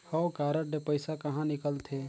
हव कारड ले पइसा कहा निकलथे?